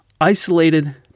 isolated